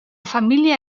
familia